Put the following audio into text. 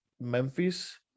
Memphis